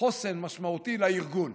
חוסן משמעותי לארגון.